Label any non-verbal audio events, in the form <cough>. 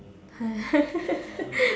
<laughs>